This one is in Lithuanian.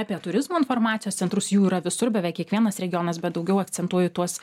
apie turizmo informacijos centrus jų yra visur beveik kiekvienas regionas bet daugiau akcentuoju tuos